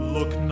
Look